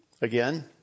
again